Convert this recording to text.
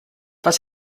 was